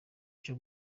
cyo